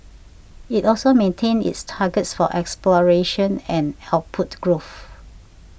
it also maintained its targets for exploration and output growth